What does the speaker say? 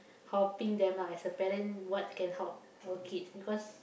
helping them lah as a parent what can help our kids because